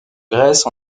grèce